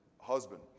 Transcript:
husband